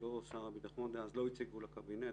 ולא שר הביטחון דאז לא הציגו לקבינט,